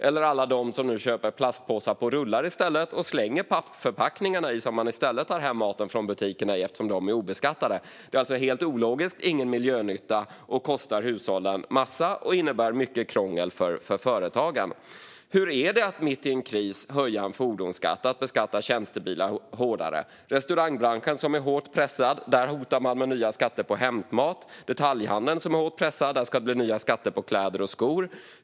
Eller ta alla som nu köper plastpåsar på rulle i stället och slänger pappförpackningarna i som man i stället tar hem maten från butikerna i eftersom de är obeskattade. Skatten är helt ologisk, har ingen miljönytta, kostar hushållen en massa och innebär mycket krångel för företagarna. Hur är det att mitt i en kris höja en fordonsskatt och beskatta tjänstebilar hårdare? I restaurangbranschen, som är hårt pressad, hotar man med nya skattar på hämtmat. I detaljhandeln, som är hårt pressad, ska det bli nya skatter på kläder och skor.